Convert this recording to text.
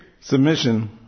Submission